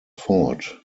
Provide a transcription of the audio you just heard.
fort